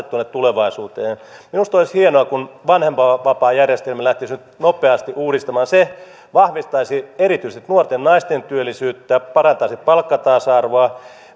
tuonne tulevaisuuteen minusta olisi hienoa kun vanhempainvapaajärjestelmää lähdettäisiin nyt nopeasti uudistamaan se vahvistaisi erityisesti nuorten naisten työllisyyttä parantaisi palkkatasa arvoa